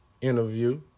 interview